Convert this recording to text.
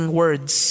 words